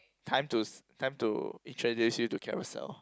time to s~ time to introduce you to Carousell